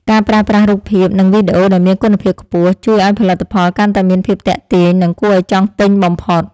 ការប្រើប្រាស់រូបភាពនិងវីដេអូដែលមានគុណភាពខ្ពស់ ជួយឱ្យផលិតផលកាន់តែមានភាពទាក់ទាញនិងគួរឱ្យចង់ទិញបំផុត។